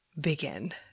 begin